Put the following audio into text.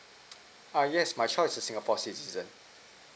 err yes my child is a singapore citizen